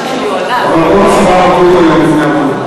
אבל רוב צבא פתוח היום בפני הבנות.